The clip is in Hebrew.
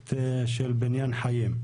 פרויקט של בניין חיים.